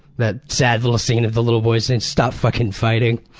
that sad little scene of the little boy saying stop fucking fighting.